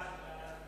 הוראת שעה).